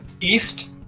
east